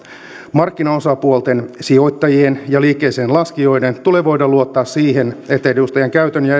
markkinaosapuolten sijoittajien ja liikkeeseenlaskijoiden tulee voida luottaa siihen että edustajan käytön ja